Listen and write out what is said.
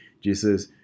jesus